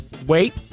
wait